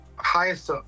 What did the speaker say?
highest